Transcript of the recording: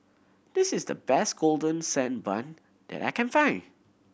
this is the best Golden Sand Bun that I can find